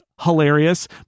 hilarious